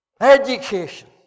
Education